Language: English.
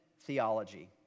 theology